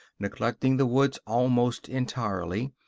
neglecting the woods almost entirely,